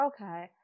okay